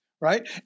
right